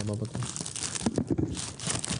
(היו"ר יבגני סובה, 12:26)